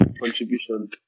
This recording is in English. contribution